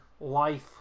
life